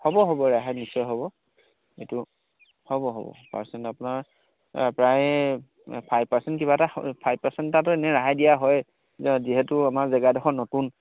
হ'ব হ'ব ৰেহাই নিশ্চয় হ'ব এইটো হ'ব হ'ব পাৰ্চেণ্ট আপোনাৰ প্ৰায় ফাইভ পাৰ্চেণ্ট কিবা এটা ফাইভ পাৰ্চেণ্ট এটাতো এনেই ৰেহাই দিয়া হয় যিহেতু আমাৰ জেগাডোখৰ নতুন